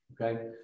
okay